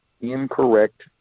incorrect